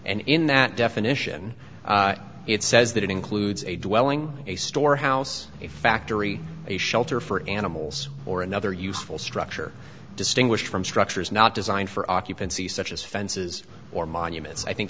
and in that definition it says that it includes a dwelling a storehouse a factory a shelter for animals or another useful structure distinguished from structures not designed for occupancy such as fences or monuments i think